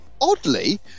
Oddly